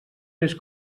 més